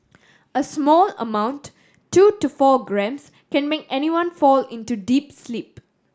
a small amount two to four grams can make anyone fall into deep sleep